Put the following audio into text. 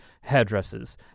hairdressers